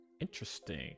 interesting